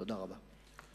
תודה רבה.